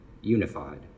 unified